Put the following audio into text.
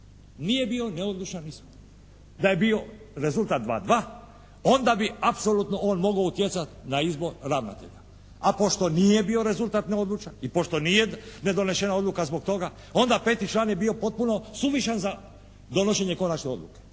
Nije bio neodlučan ishod. Da je bio rezultat 2:2 onda bi apsolutno on mogao utjecati na izbor ravnatelja. A pošto nije bio rezultat neodlučan i pošto nije nedonešena odluka zbog toga onda peti član je bio potpuno suvišan za donošenje konačne odluke.